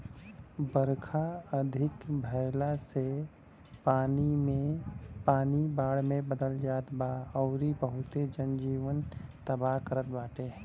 बरखा अधिका भयला से इ पानी बाढ़ में बदल जात बा अउरी बहुते जन जीवन तबाह करत बाटे